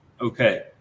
okay